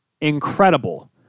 incredible